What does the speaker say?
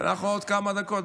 אנחנו עוד כמה דקות.